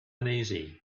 uneasy